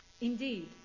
Indeed